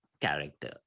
character